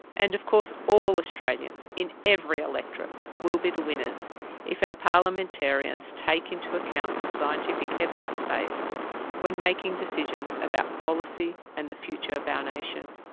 and of course all australians in every electorate will be the winners if our parliamentarians take into account the scientific evidence base when making decisions about policy and the future of our nation.